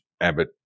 Abbott